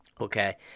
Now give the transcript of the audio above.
Okay